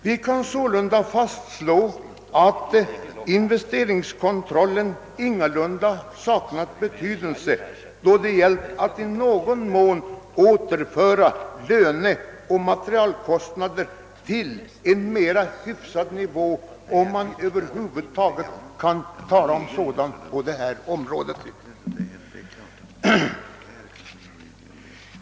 Vi kan sålunda fastslå att investeringskontrollen ingalunda saknat betydelse då det gällt att i någon mån återföra löneoch materialkostnader till en mera hyfsad nivå, om man nu på detta område kan tala om sådan.